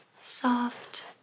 soft